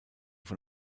von